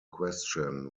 question